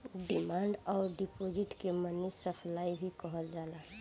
demand अउर deposit के money supply भी कहल जाला